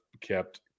kept